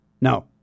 No